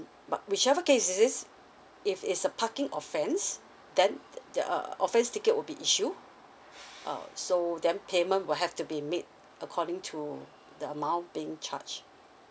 but whichever case it is if it's a parking offence then there are offence ticket will be issued uh so then payment will have to be made according to the amount being charged